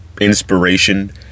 inspiration